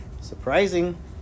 Surprising